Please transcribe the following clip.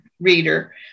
reader